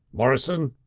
morrison!